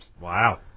Wow